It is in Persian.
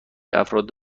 افراد